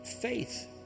Faith